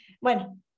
Bueno